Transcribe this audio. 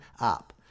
up